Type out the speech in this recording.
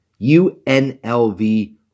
UNLV